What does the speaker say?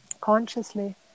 consciously